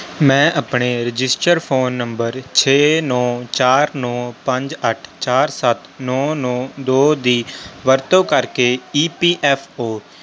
ਮੈਂ ਆਪਣੇ register phone number ਛੇ ਨੌ ਚਾਰ ਨੌ ਪੰਜ ਅੱਠ ਚਾਰ ਸੱਤ ਨੌ ਨੌ ਦੋ ਦੀ ਵਰਤੋਂ ਕਰਕੇ ਈ ਪੀ ਐੱਫ ਓ